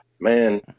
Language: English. man